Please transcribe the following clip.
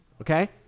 okay